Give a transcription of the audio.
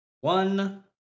One